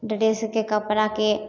ड्रेसके कपड़ाके